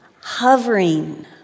hovering